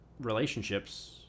relationships